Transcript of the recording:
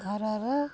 ଘରର